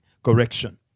correction